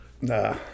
nah